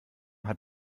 hat